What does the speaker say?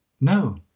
No